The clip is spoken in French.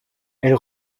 elle